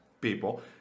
people